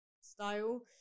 style